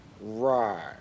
Right